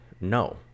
No